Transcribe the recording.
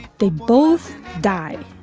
they both die.